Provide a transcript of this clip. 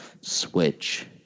Switch